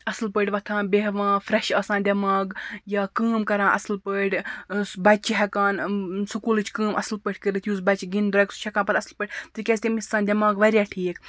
اَصٕل پٲٹھۍ وۄتھان بیٚہوان فریٚش آسان دٮ۪ماغ یا کٲم کَران اَصٕل پٲٹھۍ بَچہِ چھِ ہیٚکان سکوٗلٕچ کٲم اَصٕل پٲٹھۍ کٔرِتھ یُس بَچہِ گِنٛدِ درٛۅگ سُہ چھُ ہیٚکان پَتہٕ اَصٕل پٲٹھۍ تِکیازِ تٔمِس چھِ آسان دٮ۪ماغ واریاہ ٹھیٖک